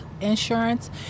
insurance